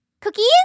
Cookies